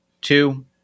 two